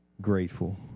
grateful